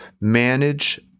manage